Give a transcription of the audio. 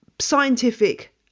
scientific